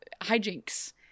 hijinks